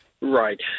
Right